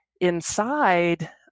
inside